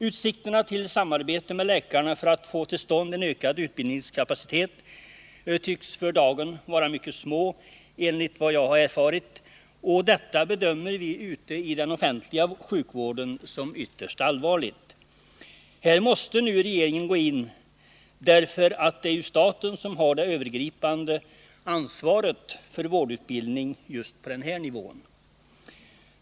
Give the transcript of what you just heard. Utsikterna till samarbete med läkarna för att få till stånd en ökad utbildningskapacitet tycks för dagen vara mycket små, enligt vad jag erfarit, och detta bedömer vi ute i den offentliga sjukvården som ytterst allvarligt. Här måste nu regeringen gå in, därför att det är staten som har det övergripande ansvaret för vårdutbildning just på denna nivå.